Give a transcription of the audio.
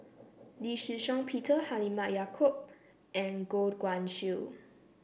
Lee Shih Shiong Peter Halimah Yacob and Goh Guan Siew